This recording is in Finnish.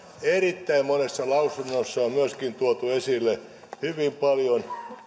erittäin monessa lausunnossa on tuotu esille myöskin hyvin paljon